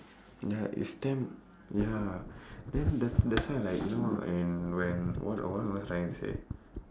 ya it's damn ya then that's that's why like you know when when what what was I trying to say